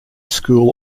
school